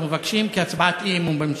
אנחנו מבקשים הצבעת אי-אמון בממשלה.